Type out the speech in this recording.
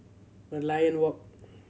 Merlion Walk